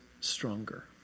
stronger